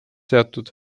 seotud